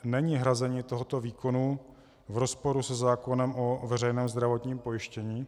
Není hrazení tohoto výkonu v rozporu se zákonem o veřejném zdravotním pojištění?